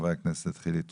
חבר הכנסת חילי טרופר.